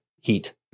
heat